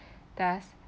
thus